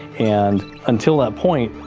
and until that point,